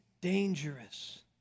dangerous